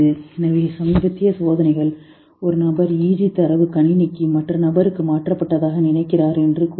எனவே சமீபத்திய சோதனைகள் ஒரு நபர் EG தரவு கணினிக்கு மற்ற நபருக்கு மாற்றப்பட்டதாக நினைக்கிறார் என்று கூறுங்கள்